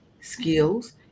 skills